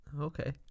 Okay